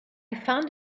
found